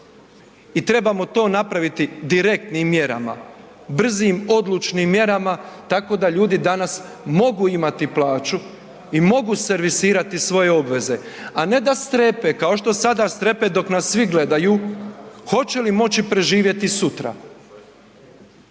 i trebamo to napraviti direktnim mjerama, brzim, odlučnim mjerama tako da ljudi danas mogu imati plaću i mogu servisirati svoje obveze, a ne da strepe kao što sada strepe dok nas svi gledaju hoće li moći preživjeti sutra.